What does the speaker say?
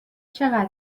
چقدر